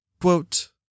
Quote